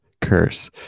curse